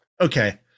okay